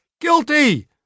Guilty